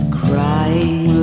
crying